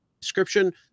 description